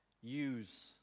use